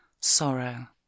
sorrow